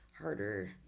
harder